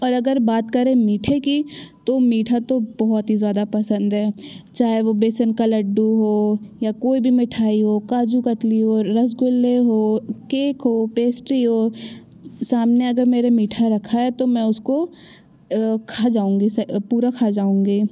और अगर बात करें मीठे की तो मीठा तो बहुत ही ज़्यादा पसंद है चाहे वो बेसन का लड्डू हो या कोई भी मिठाई हो काजू कतली हो रसगुल्ले हो केक हो पेस्ट्री हो सामने अगर मेरे मीठा रखा है तो मैं उसको खा जाऊँगी उसे पूरा खा जाऊँगी